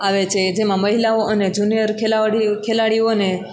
આવે છે જેમાં મહિલાઓ અને જુનિયર ખેલાડીઓ ખેલાડીઓને